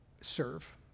serve